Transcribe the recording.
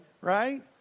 right